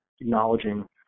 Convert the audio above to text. acknowledging